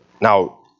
now